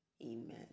Amen